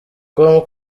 com